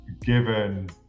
given